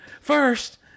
First